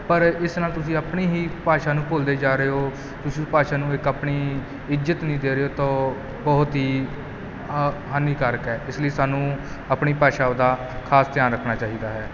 ਪਰ ਇਸ ਨਾਲ ਤੁਸੀਂ ਆਪਣੀ ਹੀ ਭਾਸ਼ਾ ਨੂੰ ਭੁੱਲਦੇ ਜਾ ਰਹੇ ਹੋ ਤੁਸੀਂ ਭਾਸ਼ਾ ਨੂੰ ਇੱਕ ਆਪਣੀ ਇੱਜ਼ਤ ਨਹੀਂ ਦੇ ਰਹੇ ਹੋ ਤੋ ਬਹੁਤ ਹੀ ਹ ਹਾਨੀਕਾਰਕ ਹੈ ਇਸ ਲੀਏ ਸਾਨੂੰ ਆਪਣੀ ਭਾਸ਼ਾਓ ਦਾ ਖਾਸ ਧਿਆਨ ਰੱਖਣਾ ਚਾਹੀਦਾ ਹੈ